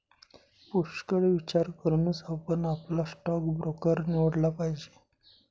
पुष्कळ विचार करूनच आपण आपला स्टॉक ब्रोकर निवडला पाहिजे